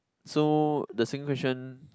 so the same question